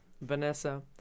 Vanessa